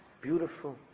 beautiful